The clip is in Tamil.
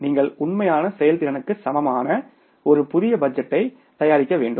நீங்கள் உண்மையான செயல்திறனுக்கு சமமான ஒரு புதிய பட்ஜெட்டை தயாரிக்க வேண்டும்